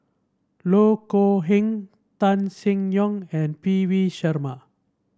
Loh Kok Heng Tan Seng Yong and P V Sharma